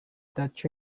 touch